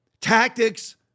tactics